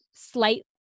slightly